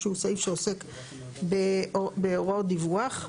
שהוא סעיף שעוסק בהוראות דיווח.